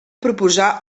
proposar